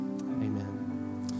Amen